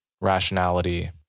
rationality